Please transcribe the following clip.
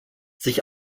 sich